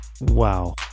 wow